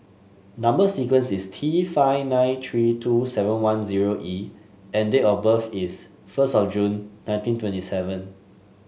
number sequence is T five nine three two seven one zero E and date of birth is first of June nineteen twenty seven